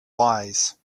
wise